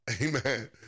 amen